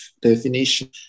definition